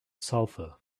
sulfur